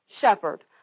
shepherd